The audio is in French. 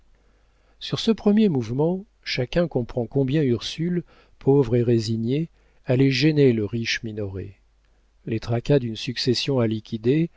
sur ce premier mouvement chacun comprend combien ursule pauvre et résignée allait gêner le riche minoret les tracas d'une succession à liquider